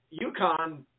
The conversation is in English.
UConn